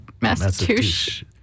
Massachusetts